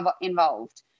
involved